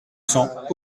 cents